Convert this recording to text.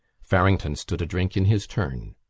farrington stood a drink in his turn.